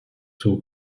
two